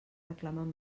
reclamen